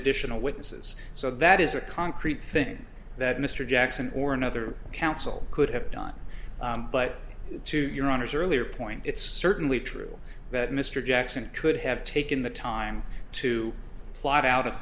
additional witnesses so that is a concrete thing that mr jackson or another counsel could have done but to your honor's earlier point it's certainly true that mr jackson could have taken the time to plot out